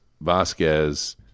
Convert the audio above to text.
Vasquez